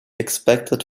expected